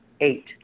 Eight